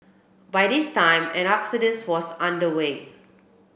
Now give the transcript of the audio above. by this time an exodus was under way